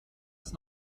ist